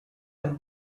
and